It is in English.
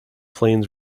planes